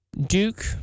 Duke